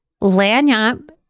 Lanyap